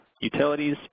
utilities